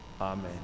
Amen